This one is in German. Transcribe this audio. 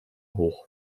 hoch